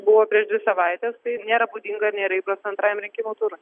buvo prieš dvi savaites tai nėra būdinga ir nėra įprasta antrajam rinkimų turui